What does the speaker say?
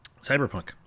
Cyberpunk